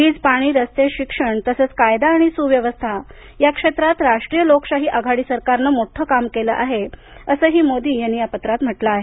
वीज पाणी रस्ते शिक्षण तसंचं कायदा आणि सुव्यवस्था या क्षेत्रात राष्ट्रीय लोकशाही आघाडी सरकारनं मोठं काम केलं आहे असंही मोदी यांनी नमूद केलं आहे